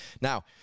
Now